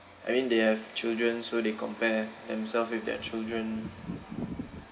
I mean they have children so they compare themselves with their children